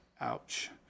Ouch